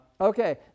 Okay